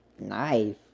Knife